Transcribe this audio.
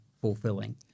fulfilling